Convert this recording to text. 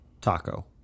Taco